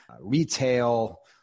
retail